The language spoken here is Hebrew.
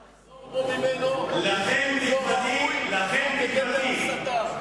בוגדים הוא ביטוי לא ראוי, הוא בגדר הסתה.